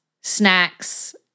snacks